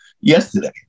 yesterday